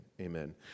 amen